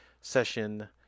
session